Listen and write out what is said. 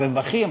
ברווחים.